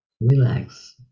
relax